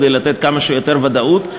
כדי לתת כמה שיותר ודאות.